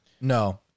No